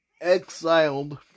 exiled